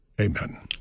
Amen